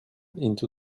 into